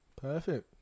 Perfect